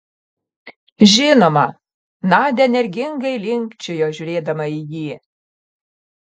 žinoma nadia energingai linkčiojo žiūrėdama į jį